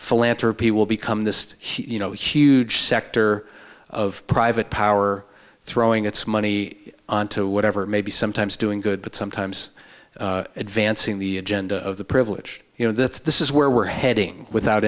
philanthropy will become this huge huge sector of private power throwing its money on to whatever it may be sometimes doing good but sometimes advancing the agenda of the privilege you know that this is where we're heading without